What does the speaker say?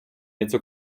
něco